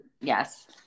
Yes